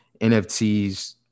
NFTs